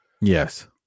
Yes